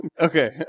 Okay